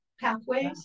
pathways